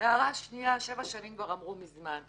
שבע שנים כבר אמרו מזמן.